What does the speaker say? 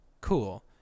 cool